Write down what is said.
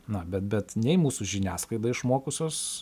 na bet bet nei mūsų žiniasklaida išmokusios